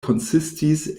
konsistis